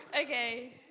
Okay